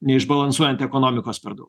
neišbalansuojant ekonomikos per daug